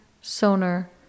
sonar